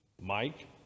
Mike